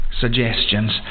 suggestions